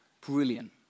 Brilliant